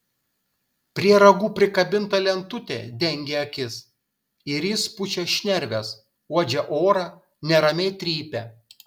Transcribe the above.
prie ragų prikabinta lentutė dengia akis ir jis pučia šnerves uodžia orą neramiai trypia